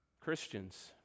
christians